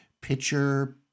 Pitcher